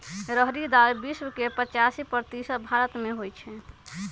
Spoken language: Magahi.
रहरी दाल विश्व के पचासी प्रतिशत भारतमें होइ छइ